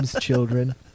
children